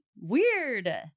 weird